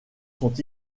sont